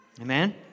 Amen